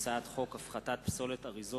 הצעת חוק הביטוח הלאומי (תיקון,